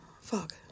Fuck